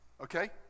okay